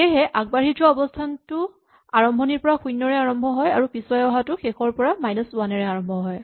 সেয়েহে আগবাঢ়ি যোৱা অৱস্হানটো আৰম্ভণিৰ পৰা শূণ্যৰে আৰম্ভ হয় আৰু পিচুৱাই অহাটো শেষৰ পৰা মাইনাচ ৱান এৰে আৰম্ভ হয়